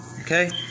Okay